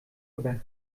immer